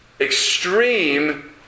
extreme